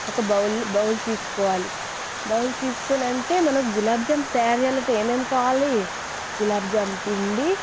ఒక bowl bowl తీసుకోవాలి bowl తీసుకొని ఆంటే మనకు గులాబ్జామ్ తయారు చేయాలంటే ఏమేం కావాలి గులాబ్జామ్ పిండి